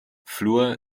fluor